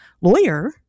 lawyer